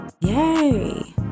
Yay